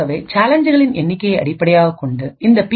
ஆகவே சேலஞ்களின் எண்ணிக்கையை அடிப்படையாகக் கொண்டு இந்த பி